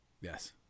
Yes